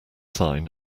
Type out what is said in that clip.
sign